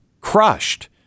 crushed